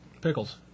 Pickles